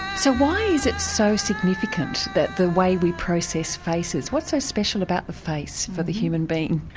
so why is it so significant that the way we process faces. what's so special about the face for the human being?